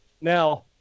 Now